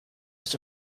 was